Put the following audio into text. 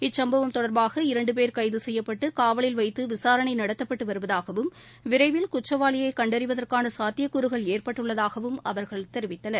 இச்சுப்பவம் தொடர்பாக இரண்டு பேர் கைது செய்யப்பட்டு நடத்தப்பட்டு வருவதாகவும் விரைவில் குற்றவாளியை கண்டறியவதற்கான சாத்தியகூறுகள் ஏற்பட்டுள்ளதாகவும் அவர்கள் தெரிவித்துள்ளனர்